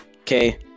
okay